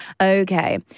okay